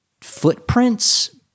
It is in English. footprints